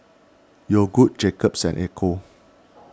Yogood Jacob's and Ecco